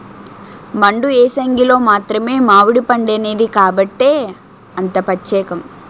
మండు ఏసంగిలో మాత్రమే మావిడిపండేది కాబట్టే అంత పచ్చేకం